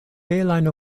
belajn